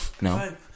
no